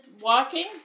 walking